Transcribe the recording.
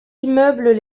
immeubles